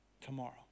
tomorrow